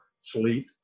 sleet